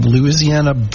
Louisiana